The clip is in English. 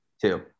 Two